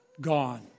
gone